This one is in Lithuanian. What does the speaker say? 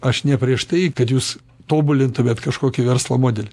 aš ne prieš tai kad jūs tobulintumėt kažkokį verslo modelį